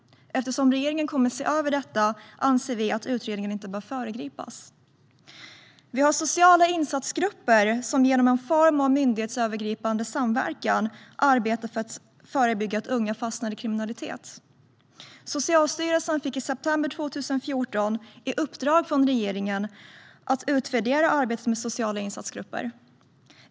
Eftersom regeringen kommer att se över detta anser vi att utredningen inte bör föregripas. Vi har sociala insatsgrupper som genom en form av myndighetsövergripande samverkan arbetar för att förebygga att unga fastnar i kriminalitet. Socialstyrelsen fick i september 2014 i uppdrag från regeringen att utvärdera arbetet med sociala insatsgrupper.